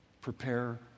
prepare